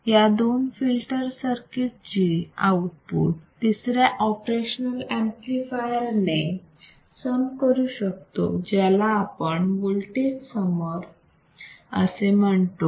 या दोन filter circuit ची आउटपुट तिसऱ्या ऑपरेशनल ऍम्प्लिफायर ने सम करू शकतो ज्याला आपण वोल्टेज समर म्हणतो